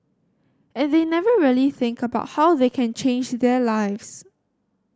and they never really think about how they can change their lives